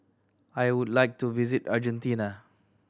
I would like to visit Argentina